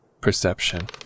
perception